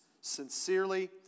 sincerely